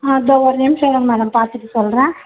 இதோ ஒரு நிமிஷம் இருங்க மேடம் நான் பார்த்துட்டு சொல்கிறேன்